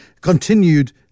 continued